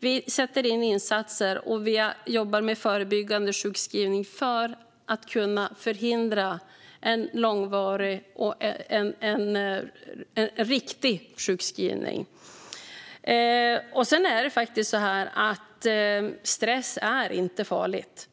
insatser sätts in och att man jobbar med förebyggande sjukskrivning för att förhindra en "riktig" sjukskrivning. Stress är faktiskt inte farligt.